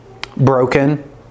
broken